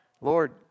Lord